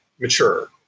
mature